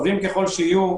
טובים ככל שיהיו,